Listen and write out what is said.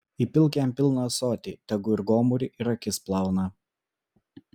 įpilk jam pilną ąsotį tegu ir gomurį ir akis plauna